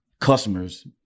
customers